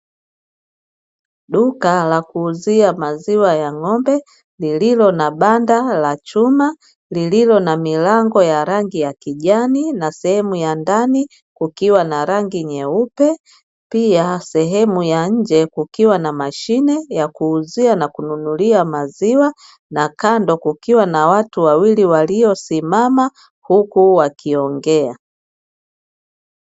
Duka la kuuzia maziwa ya ng'ombe lililo na banda la chuma, lililo na milango ya rangi ya kijani na sehemu ya ndani kukiwa na rangi nyeupe; pia sehemu ya nje kukiwa na mashine ya kuuzia na kununulia maziwa., na kando kukiwa na watu wawili waliosimama huku wakiongea.